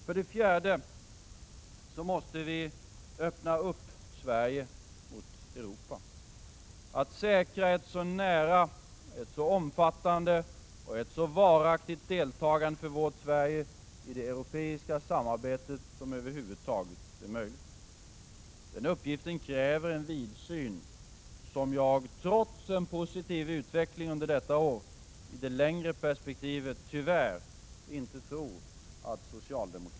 För det fjärde: Vi måste öppna upp Sverige mot Europa. Vi måste säkra ett så nära, omfattande och varaktigt deltagande för vårt Sverige i det europeiska samarbetet som över huvud taget är möjligt. Den uppgiften kräver en vidsyn som jag tyvärr inte tror att socialdemokratin — trots en positiv utveckling under detta år — i det längre perspektivet är mäktig.